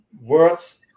words